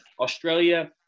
Australia